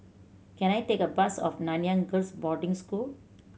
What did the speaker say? can I take a bus of Nanyang Girls' Boarding School